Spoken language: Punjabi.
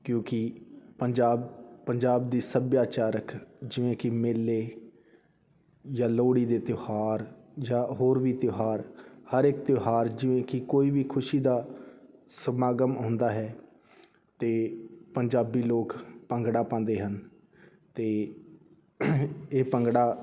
ਕਿਉਂਕਿ ਪੰਜਾਬ ਪੰਜਾਬ ਦੀ ਸੱਭਿਆਚਾਰਕ ਜਿਵੇਂ ਕਿ ਮੇਲੇ ਜਾਂ ਲੋਹੜੀ ਦੇ ਤਿਉਹਾਰ ਜਾਂ ਹੋਰ ਵੀ ਤਿਉਹਾਰ ਹਰ ਇੱਕ ਤਿਉਹਾਰ ਜਿਵੇਂ ਕਿ ਕੋਈ ਵੀ ਖੁਸ਼ੀ ਦਾ ਸਮਾਗਮ ਹੁੰਦਾ ਹੈ ਅਤੇ ਪੰਜਾਬੀ ਲੋਕ ਭੰਗੜਾ ਪਾਉਂਦੇ ਹਨ ਅਤੇ ਇਹ ਭੰਗੜਾ